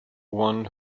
one